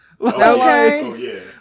okay